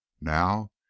now